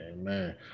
amen